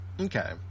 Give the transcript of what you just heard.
Okay